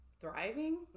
thriving